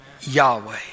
Yahweh